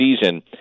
season